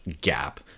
gap